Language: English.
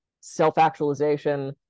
self-actualization